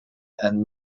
and